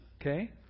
Okay